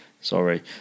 sorry